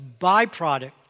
byproduct